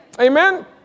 Amen